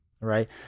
right